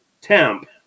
temp